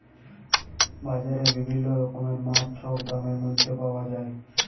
বাজারে বিভিল্ল্য রকমের মাছ ছব দামের ম্যধে পাউয়া যায়